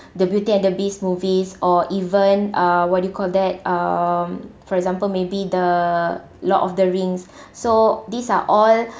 the beauty and the beast movies or even uh what do you call that um for example maybe the lord of the rings so these are all